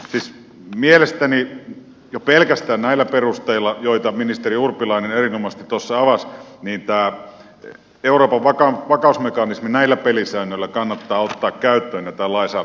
siis mielestäni jo pelkästään näillä perusteilla joita ministeri urpilainen erinomaisesti avasi tämä euroopan vakausmekanismi näillä pelisäännöillä kannattaa ottaa käyttöön ja tämä lainsäädäntö saattaa voimaan